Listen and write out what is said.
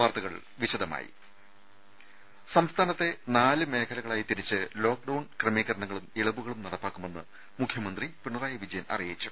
വാർത്തകൾ വിശദമായി സംസ്ഥാനത്തെ നാല് മേഖലകളായി തിരിച്ച് ലോക്ഡൌൺ ക്രമീകരണങ്ങളും ഇളവുകളും നടപ്പാക്കുമെന്ന് മുഖ്യമന്ത്രി പിണറായി വിജയൻ അറിയിച്ചു